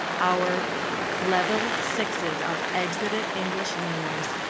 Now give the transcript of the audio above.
our level sixes are exited english learners,